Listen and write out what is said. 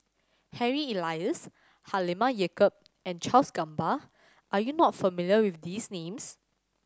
Harry Elias Halimah Yacob and Charles Gamba are you not familiar with these names